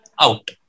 out